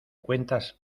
cuentas